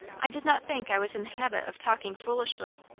i did not think i was in the habit of talking foolishly.